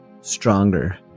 stronger